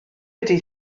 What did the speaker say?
ydy